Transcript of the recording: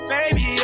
Baby